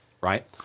right